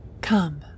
Come